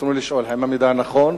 רצוני לשאול: 1. האם המידע נכון?